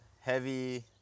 heavy